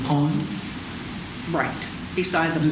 home right beside them